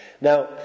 Now